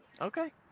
Okay